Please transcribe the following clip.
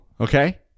okay